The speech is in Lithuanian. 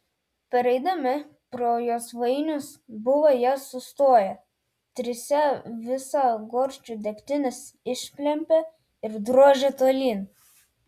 pareidami pro josvainius buvo jie sustoję trise visą gorčių degtinės išplempė ir drožė tolyn